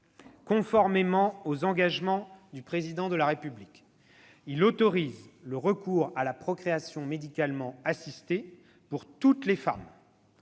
Conformément aux engagements du Président de la République, il autorise le recours à la procréation médicalement assistée pour toutes les femmes.